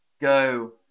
Go